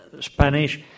Spanish